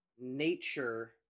nature